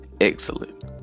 Excellent